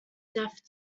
death